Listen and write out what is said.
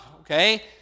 okay